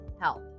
health